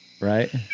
right